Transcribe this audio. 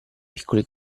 piccoli